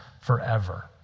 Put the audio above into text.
forever